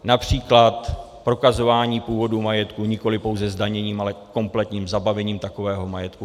Například prokazování původu majetku nikoliv pouze zdaněním, ale kompletním zabavením takového majetku.